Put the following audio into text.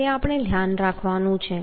તે આપણે ધ્યાનમાં રાખવાનું છે